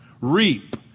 REAP